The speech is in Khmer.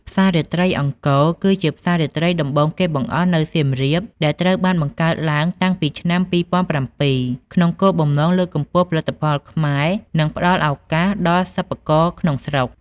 ផ្សាររាត្រីអង្គរគឺជាផ្សាររាត្រីដំបូងគេបង្អស់នៅសៀមរាប ដែលត្រូវបានបង្កើតឡើងតាំងពីឆ្នាំ ២០០៧ ក្នុងគោលបំណងលើកកម្ពស់ផលិតផលខ្មែរ និងផ្ដល់ឱកាសដល់សិប្បករក្នុងស្រុក។